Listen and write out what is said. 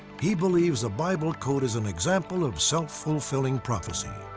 he believes the bible code is an example of self-fulfilling prophecy.